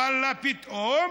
ואללה, פתאום